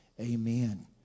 Amen